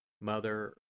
Mother